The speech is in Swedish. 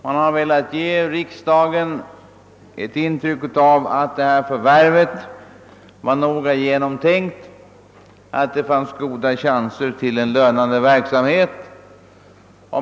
Man ville ge riksdagen ett intryck av att förvärvet var noga genomtänkt och att det fanns goda utsikter till en lönande verksamhet.